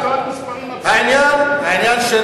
אנחנו מדברים על בעיה, לא על מספרים אבסולוטיים.